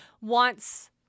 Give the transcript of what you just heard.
wants